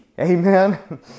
Amen